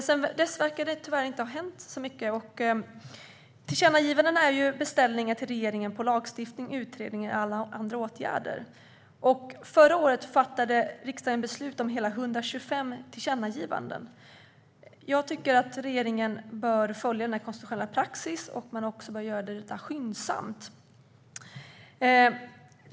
Sedan dess verkar det tyvärr inte ha hänt så mycket. Tillkännagivanden är ju beställningar till regeringen på lagstiftning, utredningar eller andra åtgärder. Förra året fattade riksdagen beslut om hela 125 tillkännagivanden. Jag tycker att regeringen bör följa konstitutionell praxis och göra det skyndsamt.